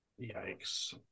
Yikes